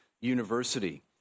University